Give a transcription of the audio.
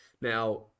Now